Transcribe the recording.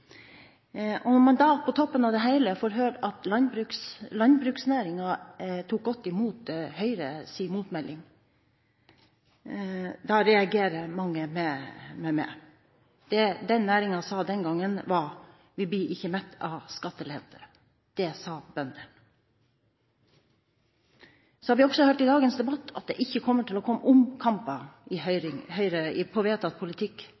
det. Når man da på toppen av det hele får høre at landbruksnæringen tok godt imot Høyres motmelding, reagerer mange med meg. Det næringen sa den gangen, var: Vi blir ikke mette av skattelette. Det sa bøndene. Vi har også hørt i dagens debatt at det ikke vil komme omkamper om vedtatt politikk,